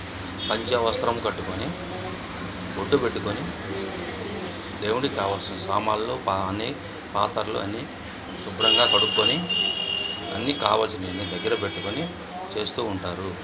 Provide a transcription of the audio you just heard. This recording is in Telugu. పంచా వస్త్రం కట్టుకొని బొట్టుపెట్టుకొని దేవుడికి కావాల్సిన సామానులు అన్నీ పాత్రలు అన్నీ శుభ్రంగా కడుక్కొని అన్నీ కావాల్సినవి అన్నీ దగ్గర పెట్టుకొని చేస్తు ఉంటారు